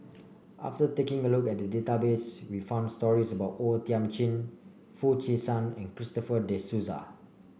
after taking a look at the database we found stories about O Thiam Chin Foo Chee San and Christopher De Souza